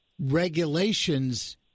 regulations